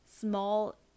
small